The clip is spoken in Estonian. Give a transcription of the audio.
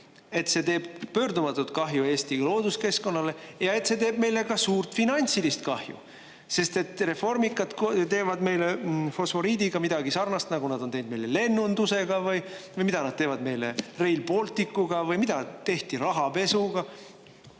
et see teeb pöördumatut kahju Eesti looduskeskkonnale ja teeb meile ka suurt finantsilist kahju, sest reformikad teevad meile fosforiidiga midagi sarnast, mida nad on teinud meile lennundusega, mida nad teevad meile Rail Balticuga või mida tehti rahapesuga.